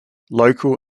local